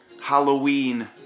Halloween